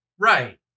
Right